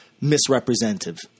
Misrepresentative